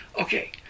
Okay